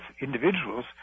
individuals